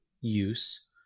use